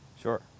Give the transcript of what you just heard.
Sure